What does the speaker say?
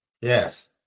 Yes